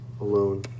alone